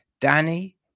Danny